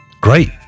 Great